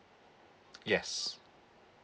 yes